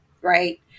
Right